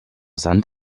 sand